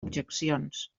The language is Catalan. objeccions